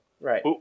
Right